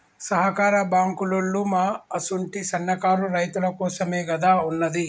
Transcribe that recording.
సహకార బాంకులోల్లు మా అసుంటి సన్నకారు రైతులకోసమేగదా ఉన్నది